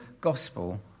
gospel